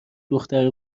دختر